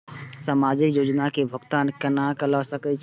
समाजिक योजना के भुगतान केना ल सके छिऐ?